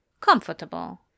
comfortable